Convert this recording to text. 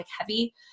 heavy